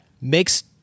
makes